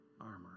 armor